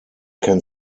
can